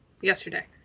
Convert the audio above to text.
yesterday